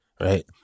Right